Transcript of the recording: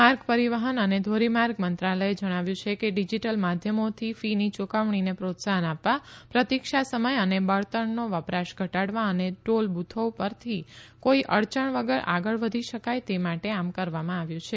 માર્ગ પરીવહન અને ધોરીમાર્ગ મંત્રાલયે જણાવ્યું છે કે ડીજીટલ માધ્યમોથી ફીની યુકવણીને પ્રોત્સાફન આપવા પ્રતિક્ષા સમય અને બળતણનો વપરાશ ઘટાડવા અને ટોલ બુથો પરથી કોઇ અડચણ વગર આગળ વધી શકાય તે માટે આમ કરવામાં આવ્યું છે